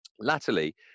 Latterly